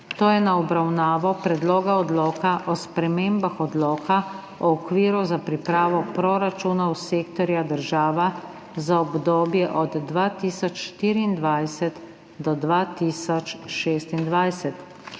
predlaga, da Predlog odloka o spremembah Odloka o okviru za pripravo proračunov sektorja država za obdobje od 2022 do 2024